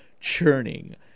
churning